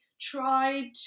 tried